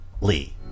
Lee